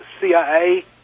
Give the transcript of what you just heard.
CIA